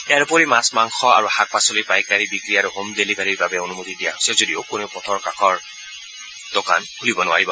ইয়াৰ উপৰি মাছ মাংস আৰু শাক পাচলিৰ পাইকাৰী বিক্ৰী আৰু হোম ডেলিভাৰীৰ বাবে অনুমতি দিয়া হৈছে যদিও কোনেও পথৰ কাষৰ দোকান খুলিব নোৱাৰিব